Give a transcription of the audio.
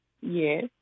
Yes